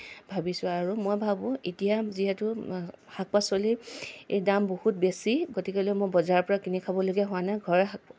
ভাবিছোঁ আৰু মই ভাবোঁ এতিয়া যিহেতু শাক পাচলি দাম বহুত বেছি গতিকে মই বজাৰৰ পৰা কিনি খাবলগীয়া হোৱা নাই ঘৰৰে